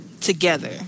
together